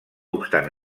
obstant